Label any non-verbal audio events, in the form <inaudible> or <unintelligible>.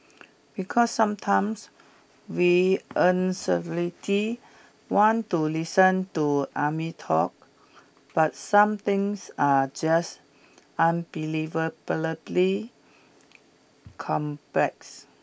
because sometimes we <unintelligible> want to listen to army talk but some things are just unbelievably complex